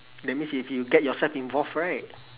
that means if you get yourself involved right